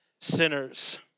sinners